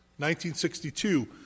1962